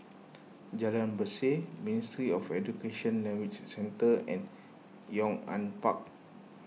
Jalan Berseh Ministry of Education Language Centre and Yong An Park